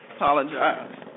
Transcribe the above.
Apologize